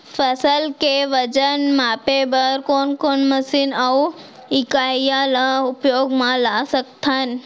फसल के वजन मापे बर कोन कोन मशीन अऊ इकाइयां ला उपयोग मा ला सकथन?